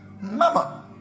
Mama